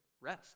rest